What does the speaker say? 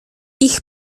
ich